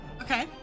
Okay